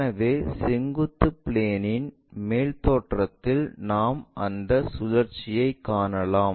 எனவே செங்குத்து பிளேன் இன் மேல் தோற்றத்தில் நாம் அந்த சுழற்சியைக் காணலாம்